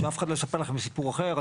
שאף אחד לא יספר לכם סיפור אחר.